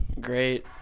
great